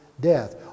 death